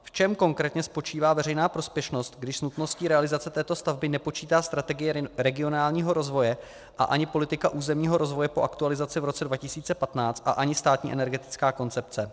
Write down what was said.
V čem konkrétně spočívá veřejná prospěšnost, když s nutností realizace této stavby nepočítá strategie regionálního rozvoje a ani politika územního rozvoje po aktualizaci v roce 2015 a ani Státní energetická koncepce?